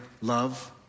love